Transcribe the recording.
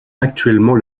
actuellement